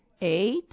eight